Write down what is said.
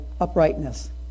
uprightness